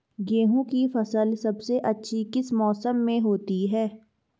गेंहू की फसल सबसे अच्छी किस मौसम में होती है?